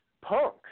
punk